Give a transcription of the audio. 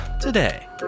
today